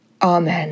Amen